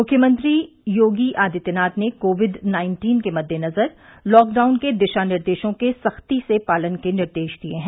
मुख्यमंत्री योगी आदित्यनाथ ने Covid nineteen के मद्देनजर लॉकडाउन के दिशा निर्देशों के सख्ती से पालन के निर्देश दिए हैं